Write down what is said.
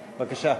בבקשה.